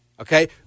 Okay